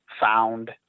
found